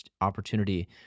opportunity